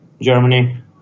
Germany